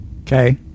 Okay